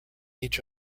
each